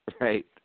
right